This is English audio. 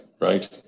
right